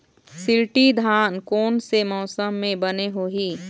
शिल्टी धान कोन से मौसम मे बने होही?